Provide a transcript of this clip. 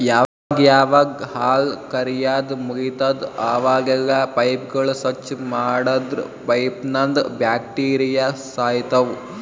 ಯಾವಾಗ್ ಯಾವಾಗ್ ಹಾಲ್ ಕರ್ಯಾದ್ ಮುಗಿತದ್ ಅವಾಗೆಲ್ಲಾ ಪೈಪ್ಗೋಳ್ ಸ್ವಚ್ಚ್ ಮಾಡದ್ರ್ ಪೈಪ್ನಂದ್ ಬ್ಯಾಕ್ಟೀರಿಯಾ ಸಾಯ್ತವ್